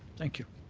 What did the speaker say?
thank you.